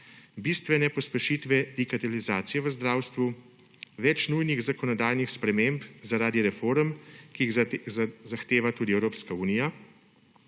bistvene pospešitve digitalizacije v zdravstvu, več nujnih zakonodajnih sprememb zaradi reform, ki jih zahteva tudi Evropska unija,